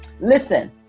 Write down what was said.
listen